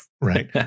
right